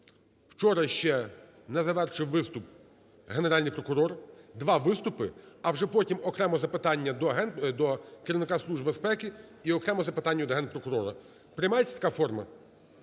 вчора ще не завершив виступ Генеральний прокурор – два виступи, а вже потім окремо запитання до керівника Служби безпеки і окремо запитання до Генпрокурора. Приймається така форма,